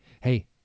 hey